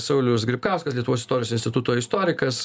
saulius gripkauskas lietuvos istorijos instituto istorikas